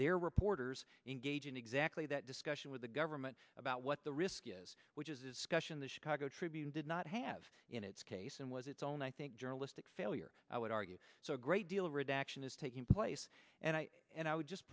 their reporters engage in exactly that discussion with the government about what the risk is which is question the chicago tribune did not have in its case and was its own i think journalistic failure i would argue so a great deal of redaction is taking place and i and i would just